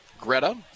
Greta